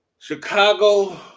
Chicago